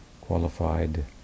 qualified